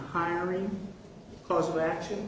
hiring cause of action